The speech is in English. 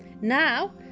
Now